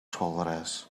schoolreis